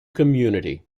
community